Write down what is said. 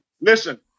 listen